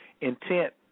intent